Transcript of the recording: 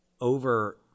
over